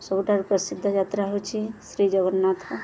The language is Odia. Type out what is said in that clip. ସବୁଠାରୁ ପ୍ରସିଦ୍ଧ ଯାତ୍ରା ହଉଛି ଶ୍ରୀ ଜଗନ୍ନାଥ